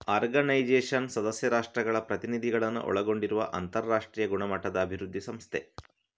organisation ಸದಸ್ಯ ರಾಷ್ಟ್ರಗಳ ಪ್ರತಿನಿಧಿಗಳನ್ನ ಒಳಗೊಂಡಿರುವ ಅಂತರಾಷ್ಟ್ರೀಯ ಗುಣಮಟ್ಟದ ಅಭಿವೃದ್ಧಿ ಸಂಸ್ಥೆ